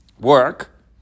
work